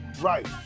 Right